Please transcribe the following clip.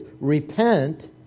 Repent